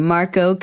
Marco